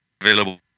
available